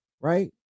right